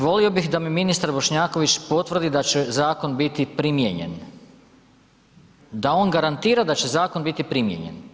Volio bih da mi ministar Bošnjaković potvrdi da će zakon biti primijenjen, da on garantira da će zakon biti primijenjen.